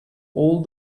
all